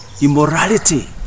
immorality